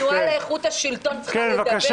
--- התנועה לאיכות השלטון צריכה לדבר?